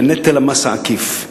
בנטל המס העקיף.